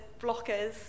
blockers